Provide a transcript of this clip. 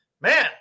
man